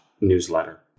newsletter